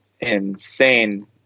insane